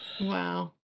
Wow